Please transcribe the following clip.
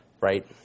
right